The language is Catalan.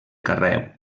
carreu